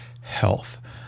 health